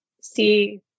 see